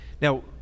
Now